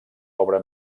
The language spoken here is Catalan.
obra